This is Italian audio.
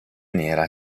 nera